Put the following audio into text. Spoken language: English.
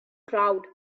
crowd